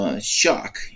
Shock